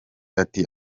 ati